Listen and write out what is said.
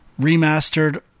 Remastered